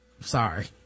Sorry